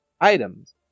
items